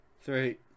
Three